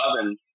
oven